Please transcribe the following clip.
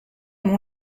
mon